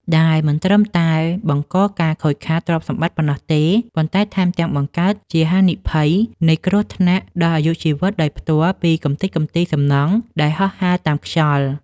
ដែលមិនត្រឹមតែបង្កការខូចខាតទ្រព្យសម្បត្តិប៉ុណ្ណោះទេ ប៉ុន្តែថែមទាំងបង្កើតជាហានិភ័យនៃគ្រោះថ្នាក់ឆក់ចរន្តអគ្គិសនីដល់ប្រជាពលរដ្ឋដែលរស់នៅក្បែរនោះទៀតផង។